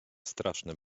straszne